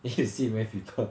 then you see many people